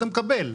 אתה מקבל.